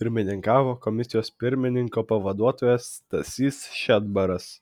pirmininkavo komisijos pirmininko pavaduotojas stasys šedbaras